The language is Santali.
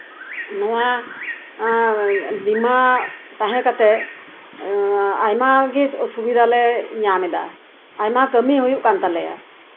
ᱟᱫᱚ ᱱᱚᱶᱟ ᱮᱸᱜ ᱵᱤᱢᱟᱹ ᱛᱟᱦᱮᱸ ᱠᱟᱛᱮᱫ ᱮᱸᱜ ᱟᱭᱢᱟ ᱜᱮ ᱥᱩᱵᱤᱫᱟ ᱞᱮ ᱧᱟᱢᱮᱫᱟ ᱟᱭᱢᱟ ᱠᱟᱹᱢᱤ ᱦᱩᱭᱩᱜ ᱠᱟᱱ ᱛᱟᱞᱮᱭᱟ